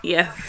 Yes